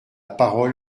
parole